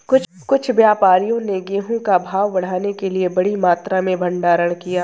कुछ व्यापारियों ने गेहूं का भाव बढ़ाने के लिए बड़ी मात्रा में भंडारण किया